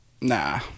Nah